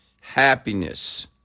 happiness